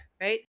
right